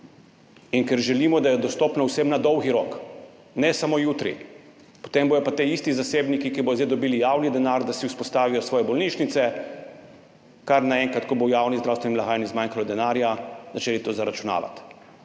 in ker želimo, da je dostopno vsem na dolgi rok. Ne samo jutri. Potem bodo pa ti isti zasebniki, ki bodo zdaj dobili javni denar, da vzpostavijo svoje bolnišnice, kar naenkrat, ko bo v javni zdravstveni blagajni zmanjkalo denarja, začeli to zaračunavati